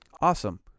Awesome